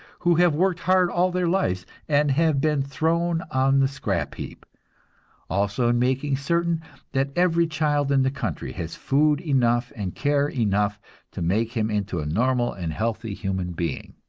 who have worked hard all their lives and have been thrown on the scrap-heap also in making certain that every child in the country has food enough and care enough to make him into a normal and healthy human being,